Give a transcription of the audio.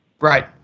Right